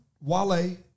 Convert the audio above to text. Wale